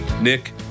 Nick